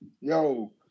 yo